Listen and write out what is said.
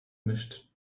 mischt